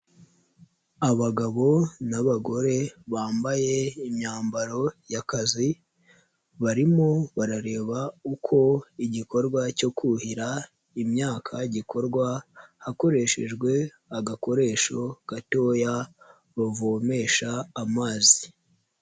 Abagabo n'abagore bambaye imyambaro y'akazi, barimo barareba uko igikorwa cyo kuhira imyaka gikorwa, hakoreshejwe agakoresho gatoya bavomesha amazi.